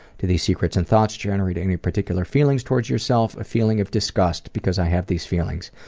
do these secrets and thoughts generate any particular feelings towards yourself? a feeling of disgust because i have these feelings,